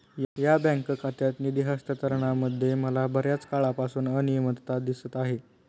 या बँक खात्यात निधी हस्तांतरणामध्ये मला बर्याच काळापासून अनियमितता दिसत आहे